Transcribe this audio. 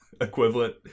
equivalent